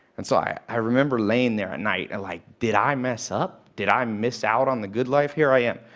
and so i i remember laying there at night, and like did i mess up? did i miss out on the good life? here i am,